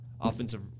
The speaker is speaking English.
offensive